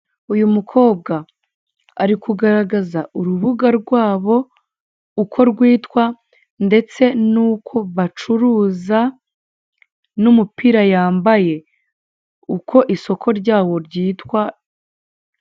Uburyo bukoreshwa mu kwamamaza ikigo cy'ubwishingizi naho kika gisohora ikarita iriho aho wagisanga ugikeneye.